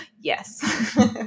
yes